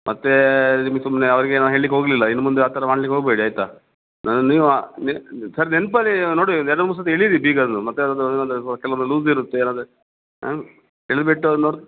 ಮತ್ತು ನಿಮಗೆ ಸುಮ್ಮನೆ ಅವರಿಗೆ ನಾ ಹೇಳ್ಲಿಕ್ಕೆ ಹೋಗಲಿಲ್ಲ ಇನ್ನು ಮುಂದೆ ಆ ಥರ ಮಾಡ್ಲಿಕ್ಕೆ ಹೋಗಬೇಡಿ ಆಯಿತಾ ನೀವು ಸರಿ ನೆನಪಲ್ಲಿ ನೋಡಿ ಒಂದು ಈರದು ಊರು ಸರ್ತಿ ಎಳೀರಿ ಬೀಗ ಅದು ಮತ್ತೆ ಏನಾದರೂ ಕೆಲವೊಮ್ಮೆ ಲೂಸ್ ಇರುತ್ತೆ ಏನಾದರೂ